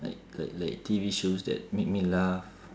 like like like T_V shows that make me laugh